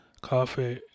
coffee